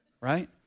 right